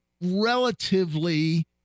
relatively